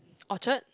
Orchard